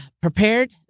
prepared